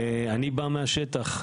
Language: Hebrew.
ואני בא מהשטח.